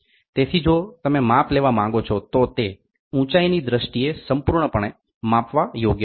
તેથી જો તમે માપ લેવા માંગો છો તો તે ઊંચાઇની દ્રષ્ટી એ સંપૂર્ણપણે માપવા યોગ્ય છે